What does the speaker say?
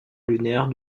lunaire